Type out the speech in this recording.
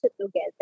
together